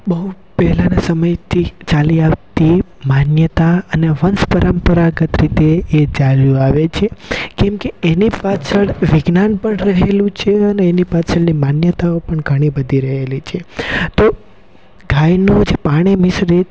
બહુ પહેલાંના સમયથી ચાલી આવતી માન્યતા અને વંશપરંપરાગત રીતે એ ચાલ્યું આવે છે કેમકે એને પાછળ વિજ્ઞાન પણ રહેલું છે અને એની પાછળની માન્યતાઓ પણ ઘણીબધી રહેલી છે તો ગાયનું જે પાણી મિશ્રિત